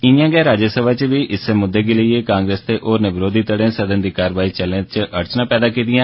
इयां गै राज्यसभा च बी इस्सै मुद्दे गी लेईयै कांग्रेस ते होरने बरोधी घड़े सदन दी कारवाई चलने च अड़चना पैदा कीतियां